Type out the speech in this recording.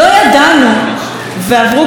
ועברו מאז כבר כמעט ארבע שנים,